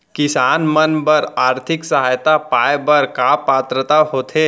किसान मन बर आर्थिक सहायता पाय बर का पात्रता होथे?